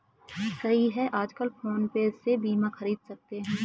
सही है आजकल फ़ोन पे से बीमा ख़रीद सकते हैं